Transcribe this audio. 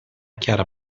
chiara